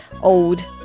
old